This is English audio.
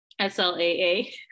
SLAA